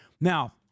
now